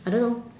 I don't know